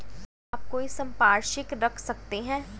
क्या आप कोई संपार्श्विक रख सकते हैं?